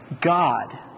God